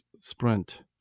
sprint